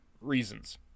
reasons